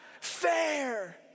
fair